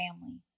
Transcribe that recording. family